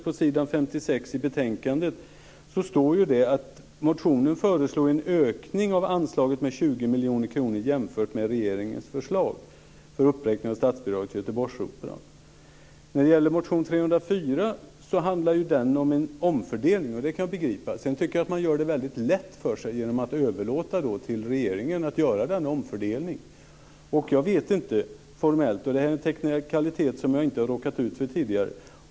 På s. 56 i betänkandet står det att motionärerna "föreslår en ökning av anslaget med 20 miljoner kronor jämfört med regeringens förslag för en uppräkning av statsbidraget till Göteborgsoperan". Motion Kr304 handlar om en omfördelning, vilket jag kan begripa. Jag tycker att man gör det väldigt lätt för sig genom att överlåta till regeringen att göra denna omfördelning. Det här är en teknikalitet som jag inte har råkat ut för tidigare.